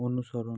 অনুসরণ